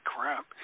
crap